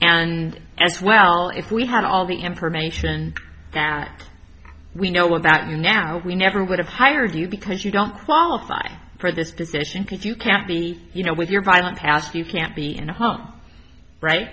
and as well if we had all the information that we now want that you now we never would have hired you because you don't qualify for this position because you can't be you know with your violent past you can't be in a home right